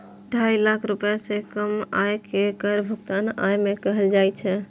ढाई लाख रुपैया सं कम आय कें कर मुक्त आय कहल जाइ छै